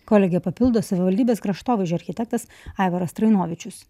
kolegę papildo savivaldybės kraštovaizdžio architektas aivaras trainovičius